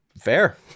Fair